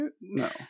No